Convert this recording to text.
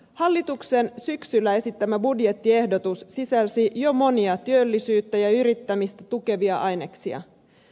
hallituksen syksyllä esittämä budjettiehdotus sisälsi jo monia työllisyyttä ja yrittämistä tukevia aineksia